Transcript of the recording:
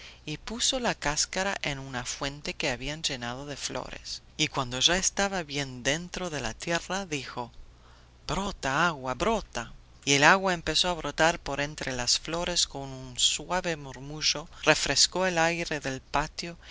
y puso la cáscara en una fuente que habían llenado de flores y cuando ya estaba bien dentro de la tierra dijo brota agua brota y el agua empezó a brotar por entre las flores con un suave murmullo refrescó el aire del patio